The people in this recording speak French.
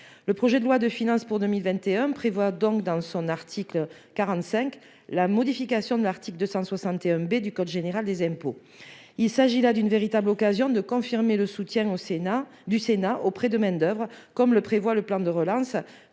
le projet de loi de finances pour 2021 prévoit donc dans son article 45 la modification de l'article 261 B du code général des impôts, il s'agit là d'une véritable occasion de confirmer le soutien au Sénat du Sénat auprès de main-d'oeuvre, comme le prévoit le plan de relance,